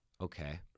okay